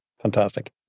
fantastic